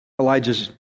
Elijah's